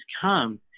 come